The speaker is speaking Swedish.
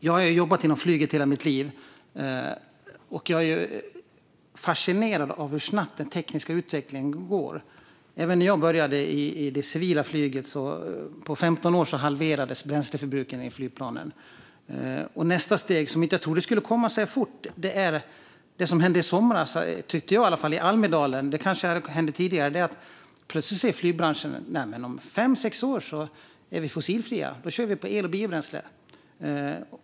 Jag har jobbat inom flyget i hela mitt liv, och jag är fascinerad över hur snabbt den tekniska utvecklingen går. När jag började i det civila flyget halverades bränsleförbrukningen i flygplanen på 15 år. Nästa steg, som jag inte trodde skulle komma så fort, är det som hände i somras i Almedalen. Eller det kanske hände tidigare. Plötsligt sa flygbranschen att den kommer att vara fossilfri om fem sex år och att den då kommer att köra på el och biobränsle.